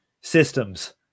systems